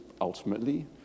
ultimately